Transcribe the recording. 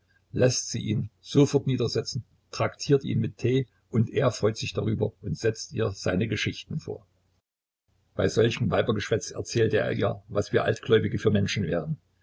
läßt sie ihn sofort sich niedersetzen traktiert ihn mit tee und er freut sich darüber und setzt ihr seine geschichten vor bei solchem weibergeschwätz erzählt er ihr was wir altgläubige für menschen wären